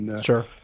Sure